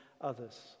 others